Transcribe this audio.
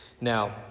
Now